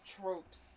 tropes